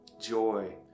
joy